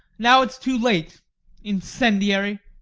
now it's too late incendiary!